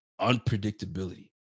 unpredictability